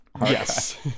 Yes